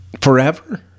forever